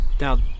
Now